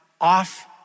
off